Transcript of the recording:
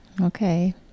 Okay